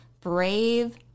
brave